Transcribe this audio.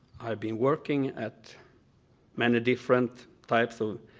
i've been working at many different types of